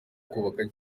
kubaka